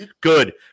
Good